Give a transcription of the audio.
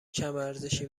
کمارزشی